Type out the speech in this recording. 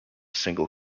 single